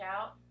out